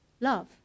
love